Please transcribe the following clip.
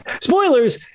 spoilers